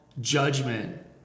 judgment